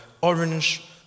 orange